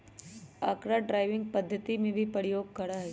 अकरा ड्राइविंग पद्धति में भी प्रयोग करा हई